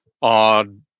on